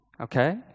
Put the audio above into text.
okay